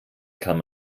kann